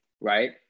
right